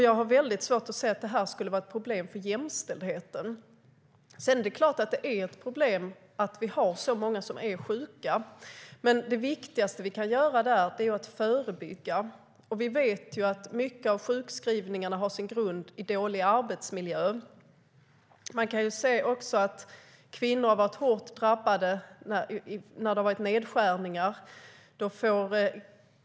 Jag har väldigt svårt att se att det skulle vara ett problem för jämställdheten. Det är klart att det är ett problem att vi har så många som är sjuka. Men det viktigaste vi kan göra är att förebygga. Vi vet att många av sjukskrivningarna har sin grund i dålig arbetsmiljö. Man kan se att kvinnor har varit hårt drabbade när det har varit nedskärningar.